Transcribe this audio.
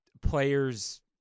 players